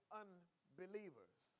unbelievers